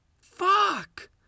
Fuck